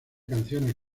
canciones